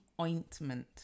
ointment